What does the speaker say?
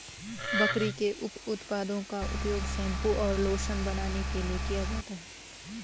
बकरी के उप उत्पादों का उपयोग शैंपू और लोशन बनाने के लिए किया जाता है